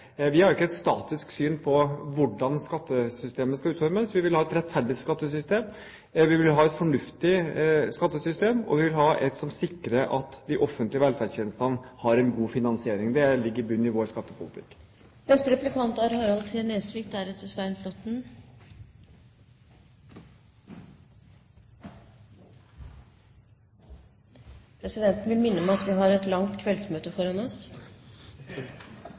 Vi har ikke et statisk syn på hvordan skattesystemet skal utformes. Vi vil ha et rettferdig skattesystem, vi vil ha et fornuftig skattesystem, og vi vil ha et skattesystem som sikrer at de offentlige velferdstjenestene har en god finansiering. Det ligger i bunnen i vår skattepolitikk. Presidenten vil minne om at vi har et langt kveldsmøte foran oss.